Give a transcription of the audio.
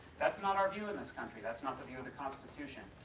that's not our view in this country, that's not the view of the constitution.